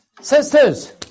Sisters